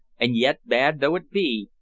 and yet bad though it be,